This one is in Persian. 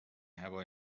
هوای